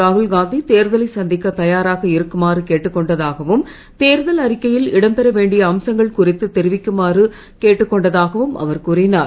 ராகுல் காந்தி தேர்தலை சந்திக்க தயாராக இருக்குமாறு கேட்டுக்கொண்டதாகவும் தேர்தல் அறிக்கையில் இடம்பெற வேண்டிய அம்சங்கள் குறித்து தெரிவிக்குமாறு கேட்டுக்கொண்டதாகவும் அவர் கூறினார்